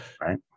right